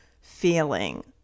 feeling